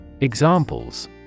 Examples